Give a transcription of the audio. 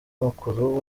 mukuru